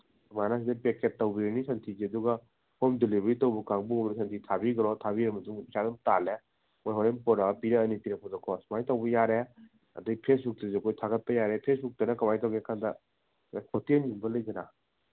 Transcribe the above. ꯁꯨꯃꯥꯏꯅ ꯄꯦꯛ ꯇꯧꯕꯤꯔꯅꯤ ꯁꯟꯊꯤꯁꯦ ꯑꯗꯨꯒ ꯍꯣꯝ ꯗꯤꯂꯤꯚꯔꯤ ꯇꯧꯕ ꯀꯥꯡꯕꯨ ꯑꯃꯅ ꯊꯥꯕꯤꯒ꯭ꯔꯣ ꯊꯥꯕꯤꯔꯕ ꯃꯇꯨꯡ ꯄꯩꯁꯥ ꯑꯗꯨꯝ ꯇꯥꯜꯂꯦ ꯃꯣꯏ ꯍꯣꯔꯦꯟ ꯄꯣꯔꯛꯑꯒ ꯄꯤꯔꯛꯑꯅꯤ ꯄꯤꯔꯛꯄꯗꯀꯣ ꯁꯨꯃꯥꯏ ꯇꯧꯕ ꯌꯥꯔꯦ ꯑꯗꯨꯗꯩ ꯐꯦꯁꯕꯨꯛꯇꯁꯨ ꯑꯩꯈꯣꯏ ꯊꯥꯒꯠꯄ ꯌꯥꯔꯦ ꯐꯦꯁꯕꯨꯛꯇꯅ ꯀꯃꯥꯏ ꯇꯧꯒꯦ ꯍꯥꯏꯔꯀꯥꯟꯗ ꯍꯣꯇꯦꯜꯒꯨꯝꯕ ꯂꯩꯗꯅ